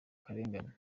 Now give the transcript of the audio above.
akarengane